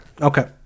okay